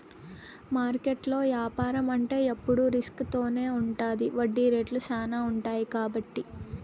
మార్కెట్లో యాపారం అంటే ఎప్పుడు రిస్క్ తోనే ఉంటది వడ్డీ రేట్లు శ్యానా ఉంటాయి కాబట్టి